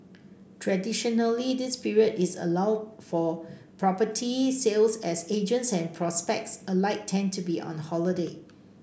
traditionally this period is a lull for property sales as agents and prospects alike tend to be on holiday